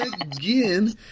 again